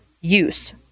use